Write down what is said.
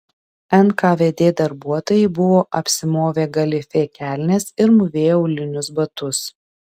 nkvd darbuotojai buvo apsimovę galifė kelnes ir mūvėjo aulinius batus